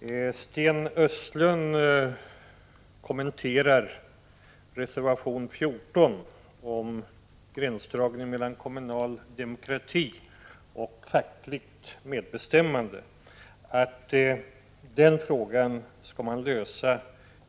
Herr talman! Sten Östlund kommenterar reservation 14 om gränsdragningen mellan kommunal demokrati och fackligt medbestämmande och menar att den frågan skall lösas